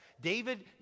David